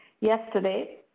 yesterday